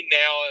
now